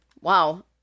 Wow